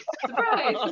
Surprise